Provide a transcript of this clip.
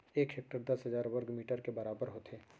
एक हेक्टर दस हजार वर्ग मीटर के बराबर होथे